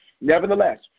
nevertheless